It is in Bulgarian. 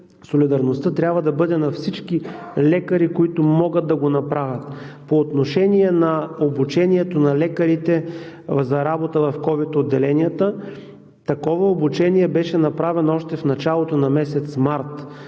солидарността трябва да бъде на всички лекари, които могат да го направят. По отношение на обучението на лекарите за работа в ковид отделенията, такова обучение беше направено още в началото на месец март